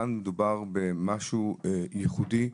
כאן מדובר במשהו ייחודי,